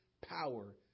power